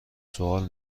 سوال